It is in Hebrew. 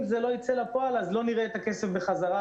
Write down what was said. שאם זה לא ייצא לפועל לא נראה את הכסף חזרה,